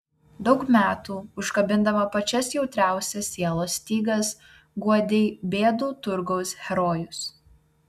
daug metų užkabindama pačias jautriausias sielos stygas guodei bėdų turgaus herojus